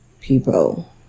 people